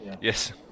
Yes